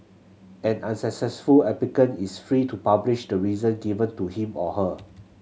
an unsuccessful applicant is free to publish the reason given to him or her